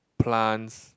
plants